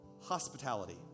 Hospitality